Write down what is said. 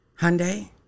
Hyundai